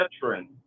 veteran